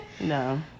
No